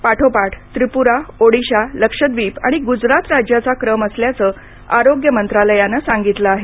पाठोपाठ त्रिपुरा ओडिशा लक्षद्वीवीप आणि गुजरात राज्याचा क्रम असल्याचं आरोग्य मंत्रालयानं सांगितलं आहे